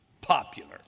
popular